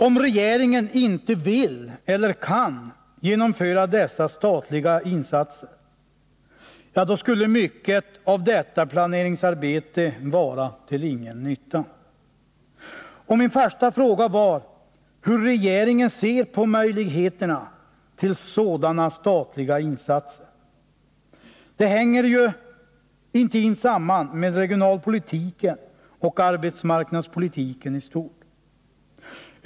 Om regeringen inte vill eller kan genomföra dessa statliga insatser, skulle mycket av länsplaneringsarbetet vara till ingen nytta. Min första fråga var hur regeringen ser på möjligheterna till sådana statliga insatser, och detta är också något som hänger intimt samman med regionalpolitiken och arbetsmarknadspolitiken i stort.